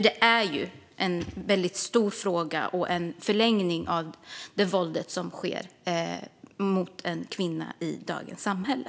Det är ju en väldigt stor fråga och en förlängning av våldet som sker mot kvinnor i dagens samhälle.